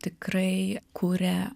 tikrai kuria